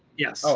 yes. so